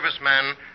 serviceman